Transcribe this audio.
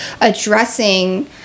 addressing